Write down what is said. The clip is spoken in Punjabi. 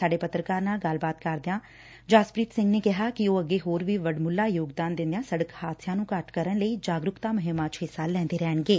ਸਾਡੇ ਪੱਤਰਕਾਰ ਨਾਲ ਗੱਲਬਾਤ ਦੌਰਾਨ ਜਸਪੀਤ ਸਿਘ ਨੇ ਕਿਹਾ ਕਿ ਉਹ ਅੱਗੇ ਹੋਰ ਵੀ ਵੱਡਮੁੱਲਾ ਯੋਗਦਾਨ ਦਿਦਿਆ ਸਤਕ ਹਾਦਸਿਆਂ ਨੂੰ ਘੱਟ ਕਰਨ ਲਈ ਜਾਗਰੁਕਤਾ ਮੁਹਿੰਮਾਂ ਚ ਹਿੱਸਾ ਲੈਦੇ ਰਹਿਣਗੇ